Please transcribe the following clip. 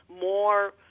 more